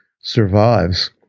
survives